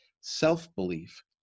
self-belief